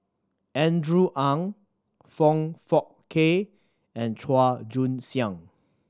Andrew Ang Foong Fook Kay and Chua Joon Siang